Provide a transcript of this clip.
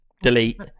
delete